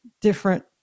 different